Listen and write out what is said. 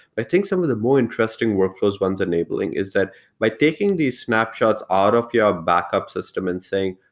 i think some of the more interesting workflows one is enabling is that by taking the snapshot out of your backup system and saying,